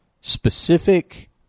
specific